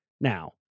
Now